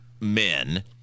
men